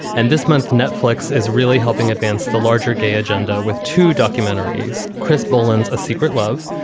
and this month, netflix is really helping advance the larger gay agenda with two documentaries. chris boland's a secret love,